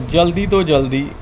ਜਲਦੀ ਤੋਂ ਜਲਦੀ